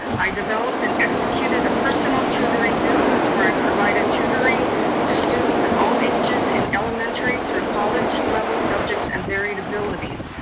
i developed and executed a personal tutoring business where i provided tutoring to students of all ages in elementary through college level subjects and varied abilities.